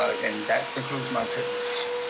and that concludes my presentation.